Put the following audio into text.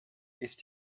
ist